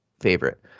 favorite